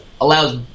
allows